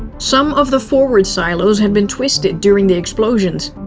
some of the forward silos had been twisted during the explosions.